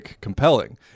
compelling